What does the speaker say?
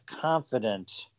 confident